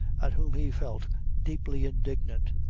at whom he felt deeply indignant,